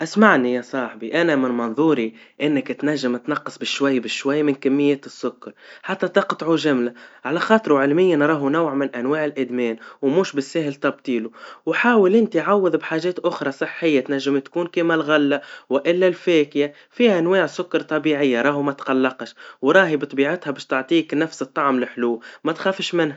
أسمعني يا صاحبي, أنا من منظوري إنك تنجم تنقص بشوي بشوي من كميا السكر, حتى تقطعه جملا, على خاطر وعلمياً راه نوع من أنواع الإدمان, ومش بالساهل تبطيله, وحاول انت عوض بحاجات أخرى صحيا تنجم تكون كيما الغلا, وإلا الفاكها, فيه أنواع سكر طبيعيا, راهو متقلقش, وراهي بطبيعتها باش تعطيك نفس الطعم الحلو, ما تخافش منه.